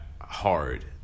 hard